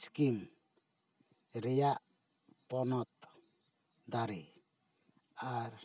scheme ᱨᱮᱭᱟᱜ ᱯᱚᱱᱚᱛ ᱫᱟᱨᱮ ᱟᱨ